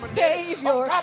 savior